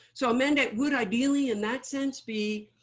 so a mandate would ideally, in that sense, be